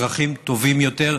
אזרחים טובים יותר.